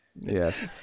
yes